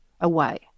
away